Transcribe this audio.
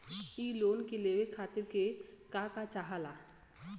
इ लोन के लेवे खातीर के का का चाहा ला?